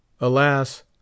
Alas